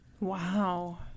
Wow